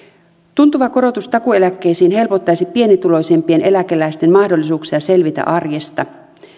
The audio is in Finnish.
tuntuva korotus takuueläkkeisiin helpottaisi pienituloisimpien eläkeläisten mahdollisuuksia selvitä arjesta